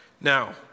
Now